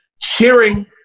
cheering